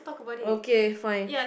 okay fine